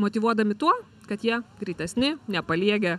motyvuodami tuo kad jie greitesni nepaliegę